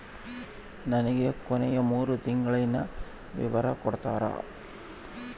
ನನಗ ಕೊನೆಯ ಮೂರು ತಿಂಗಳಿನ ವಿವರ ತಕ್ಕೊಡ್ತೇರಾ?